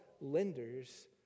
lenders